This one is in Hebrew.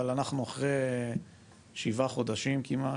אבל אנחנו אחרי שבעה חודשים כמעט,